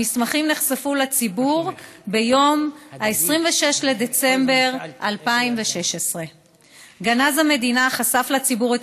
המסמכים נחשפו לציבור ב-26 בדצמבר 2016. גנז המדינה חשף לציבור את